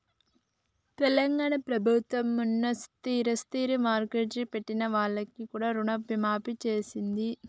తెలంగాణ ప్రభుత్వం మొన్న స్థిరాస్తి మార్ట్గేజ్ పెట్టిన వాళ్లకు కూడా రుణమాఫీ చేసింది